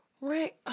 Right